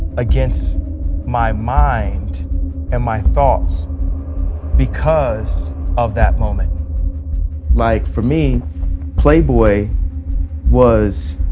against my mind and my thoughts because of that moment like for me playboy was